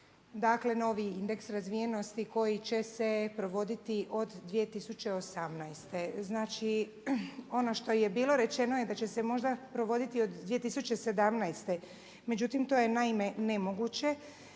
dakle novi indeks razvijenosti koji će se provoditi od 2018. Znači ono što je bilo rečeno je da će se možda provoditi od 2017. Međutim, to je naime nemoguće